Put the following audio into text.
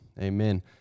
Amen